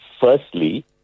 firstly